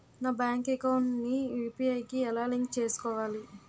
నా bank account ని UPI కి ఎలా లింక్ చేసుకోవాలి?